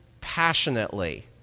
passionately